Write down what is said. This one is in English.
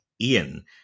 Ian